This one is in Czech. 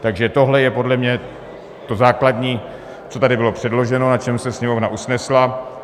Takže tohle je podle mě to základní, co tady bylo předloženo, na čem se Sněmovna usnesla.